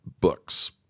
books